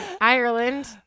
Ireland